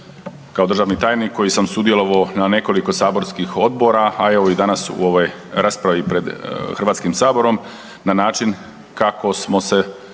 kao državni tajnik koji sam sudjelovao u nekoliko saborskih odbora, a evo i danas u ovoj raspravi pred HS-om na način kako smo se